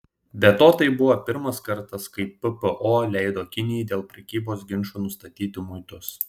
be to tai buvo pirmas kartas kai ppo leido kinijai dėl prekybos ginčo nustatyti muitus